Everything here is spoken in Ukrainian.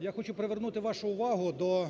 Я хочу привернути вашу увагу до